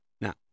Now